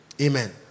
Amen